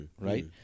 Right